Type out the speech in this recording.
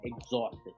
exhausted